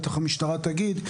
בטח המשטרה תגיד,